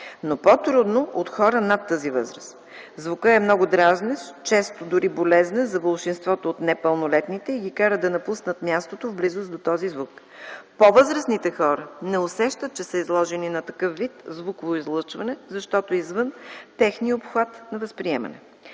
но по-трудно - от хора над тази възраст. Звукът е много дразнещ, често е дори болезнен, за болшинството от непълнолетните и ги кара да напуснат мястото в близост до този звук. По-възрастните хора не усещат, че са изложени на такъв вид звукоизлъчване, защото е извън техния обхват на възприемане.